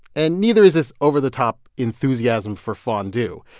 and neither is this over-the-top enthusiasm for fondue.